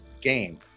game